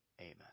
Amen